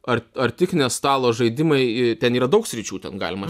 ar ar tik ne stalo žaidimai ten yra daug sričių ten galima